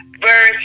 verse